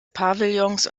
pavillons